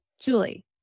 Julie